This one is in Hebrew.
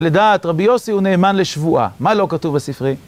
לדעת רבי יוסי הוא נאמן לשבועה, מה לא כתוב בספרי?